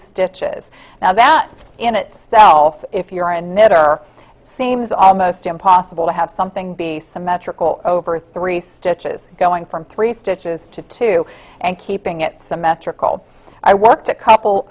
stitches now that in itself if you're in it or seems almost impossible to have something be symmetrical over three stitches going from three stitches to two and keeping it symmetrical i worked a couple